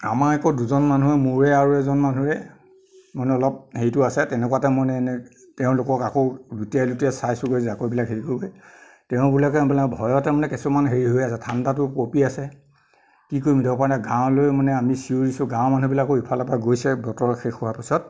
আমাৰ আকৌ দুজন মানুহৰ মোৰে আৰু এজন মানুহে মানে অলপ হেৰিটো আছে তেনেকুৱাতে মানে তেওঁলোকক আকৌ লুটিয়াই লুটিয়াই চাইছোগৈ জাকৈবিলাক হেৰি হৈ তেওঁবিলাকে বোলে ভয়তে মানে কিছুমান হেৰি হৈ আছে ঠাণ্ডাতো কঁপি আছে কি কৰিম এতিয়া উপায় নাই গাৱঁলৈ মানে আমি চিঞৰিছোঁ গাৱঁৰ মানুহবিলাকো ইফালৰ পৰা গৈছে বতৰ শেষ হোৱাৰ পিছত